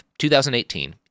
2018